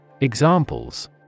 Examples